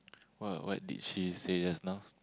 well what did she say just now